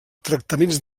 tractaments